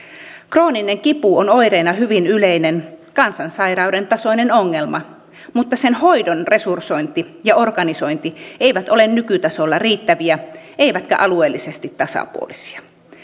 krooninen kipu on oireena hyvin yleinen kansansairauden tasoinen ongelma mutta sen hoidon resursointi ja organisointi eivät ole nykytasolla riittäviä eivätkä alueellisesti tasapuolisia